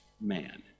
man